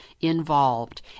involved